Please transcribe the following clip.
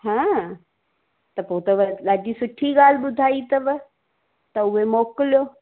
हां त पोइ त ॾाढी सुठी ॻाल्हि ॿुधाई अथव त उहे मोकिलियो